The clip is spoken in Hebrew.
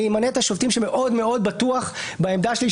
אני אמנה את השופטים שאני בטוחה שהם בעמדה שלי,